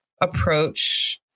approach